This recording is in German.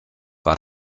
war